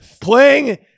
playing